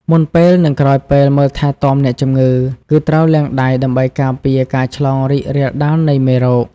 មុនពេល និងក្រោយពេល មើលថែទាំអ្នកជំងឺ គឺត្រូវលាងដៃដើម្បីការពារការឆ្លងរីករាលដាលនៃមេរោគ។